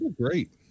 great